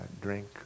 drink